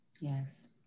Yes